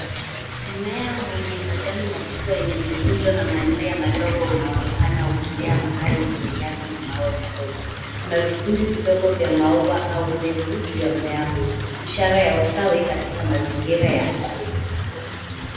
Mmea wenye majani makubwa yenye mikunjo na manyoya madogo unaonekana ukimea mahali penye nyasi na mawe madogo. Kuna vikundi vidogo vya maua au mbegu juu ya mmea huo, ishara ya ustawi katika mazingira ya asili.